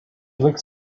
looked